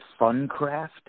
FunCraft